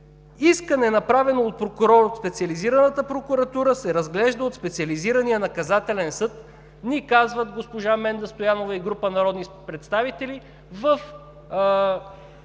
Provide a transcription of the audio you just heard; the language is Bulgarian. Искане, направено от прокурор от Специализираната прокуратура, се разглежда от Специализирания наказателен съд, ни казват госпожа Менда Стоянова и група народни представители в